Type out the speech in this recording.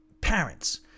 parents